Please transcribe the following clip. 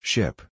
Ship